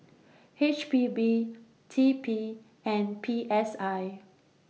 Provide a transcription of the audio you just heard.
H P B T P and P S I